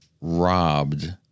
robbed